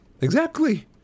Exactly